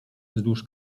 wzdłuż